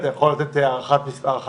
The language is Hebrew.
אתה יכול לתת הערכה מספרית?